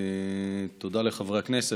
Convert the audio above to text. תודה לחברי הכנסת,